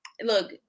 Look